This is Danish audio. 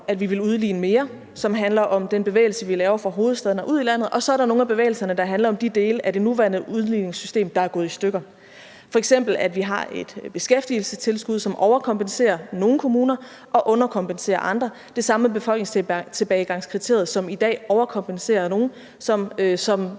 at vi vil udligne mere, som handler om den bevægelse, vi vil lave fra hovedstaden og ud i landet, og så er der nogle af bevægelserne, der handler om de dele af det nuværende udligningssystem, der er gået i stykker. F.eks. har vi et beskæftigelsestilskud, som overkompenserer nogle kommuner og underkompenserer andre – det samme med befolkningstilbagegangskriteriet, som i dag overkompenserer nogle, der